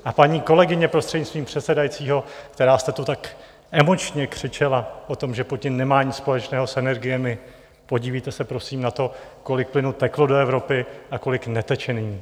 A paní kolegyně, prostřednictvím předsedajícího, která jste tu tak emočně křičela o tom, že Putin nemá nic společného s energiemi, podívejte se prosím na to, kolik plynu teklo do Evropy a kolik neteče nyní.